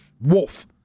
Wolf